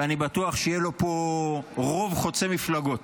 ואני בטוח שיהיה לו פה רוב חוצה מפלגות.